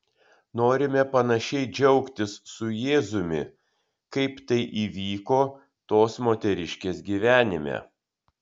norime panašiai džiaugtis su jėzumi kaip tai įvyko tos moteriškės gyvenime